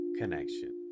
connection